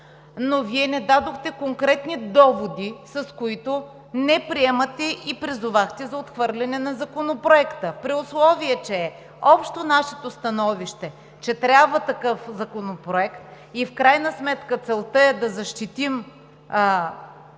но Вие не дадохте конкретни доводи, които не приемате, и призовахте за отхвърляне на Законопроекта, при условие че общото наше становище е, че трябва такъв законопроект. В крайна сметка целта е да защитим